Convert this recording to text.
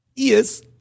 Yes